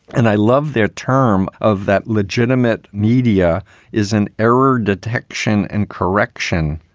and i love their term of that. legitimate media is an error detection and correction